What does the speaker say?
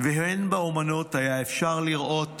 והן באומנות היה אפשר לראות